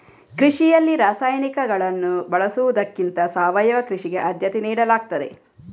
ಕೃಷಿಯಲ್ಲಿ ರಾಸಾಯನಿಕಗಳನ್ನು ಬಳಸುವುದಕ್ಕಿಂತ ಸಾವಯವ ಕೃಷಿಗೆ ಆದ್ಯತೆ ನೀಡಲಾಗ್ತದೆ